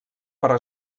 però